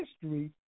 history